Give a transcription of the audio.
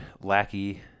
Lackey